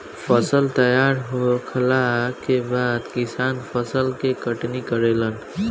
फसल तैयार होखला के बाद किसान फसल के कटनी करेलन